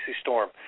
storm